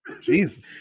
Jesus